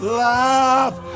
love